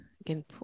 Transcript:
again